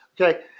okay